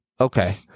Okay